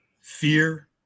Fear